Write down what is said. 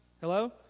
Hello